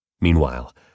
Meanwhile